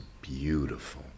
beautiful